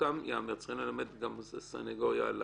לזכותם ייאמר צריכים ללמד סנגוריה על